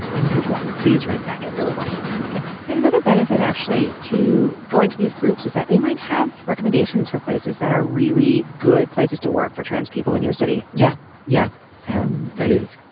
and good luck. please write back. i really want to hear from you and another benefit actually to go into these groups is that they might have recommendations for places that are really good places to work for trans people in your city. yeah yeah um that is